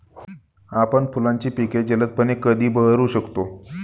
आपण फुलांची पिके जलदपणे कधी बहरू शकतो?